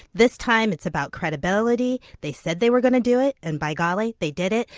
this time it's about credibility, they said they were going to do it and by golly they did it.